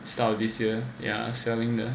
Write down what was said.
start of this year yeah selling the